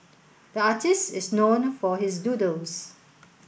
the artist is known for his doodles